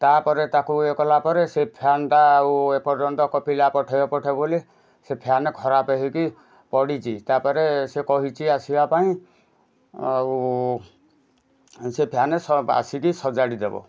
ତାପରେ ତାକୁ ଇଏ କଲାପରେ ସେ ଫ୍ୟାନ୍ଟା ଆଉ ଏ ପର୍ଯ୍ୟନ୍ତ ପିଲା ପଠେଇବ ପଠେଇବ ବୋଲି ସେ ଫ୍ୟାନ ଖରାପ ହେଇକି ପଡ଼ିଛି ତାପରେ ସେ କହିଛି ଆସିବା ପାଇଁ ଆଉ ସେ ଫ୍ୟାନ୍ ଆସିକି ସଜାଡ଼ି ଦେବ